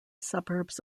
suburbs